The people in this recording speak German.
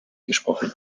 gesprochen